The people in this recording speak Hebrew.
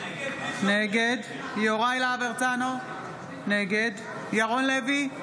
נגד יוראי להב הרצנו, נגד ירון לוי,